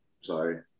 Sorry